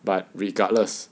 but regardless